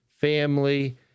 Family